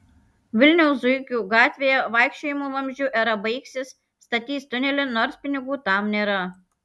vilniaus zuikių gatvėje vaikščiojimo vamzdžiu era baigsis statys tunelį nors pinigų tam nėra